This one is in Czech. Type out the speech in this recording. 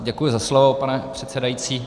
Děkuji za slovo, pane předsedající.